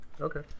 Okay